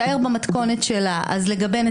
שאמרו: הפרקטיקה הזו היא פסולה מהיסוד,